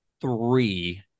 three